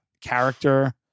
character